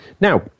Now